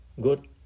good